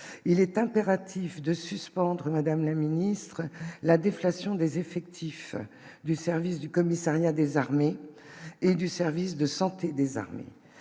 il est impératif de suspendre Madame la ministre, la déflation des effectifs du service du commissariat des armées et du service de santé des armées